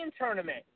tournament